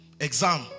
exam